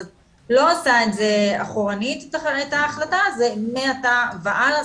אז לא עושים את ההחלטה אחורנית אלא מעתה והלאה,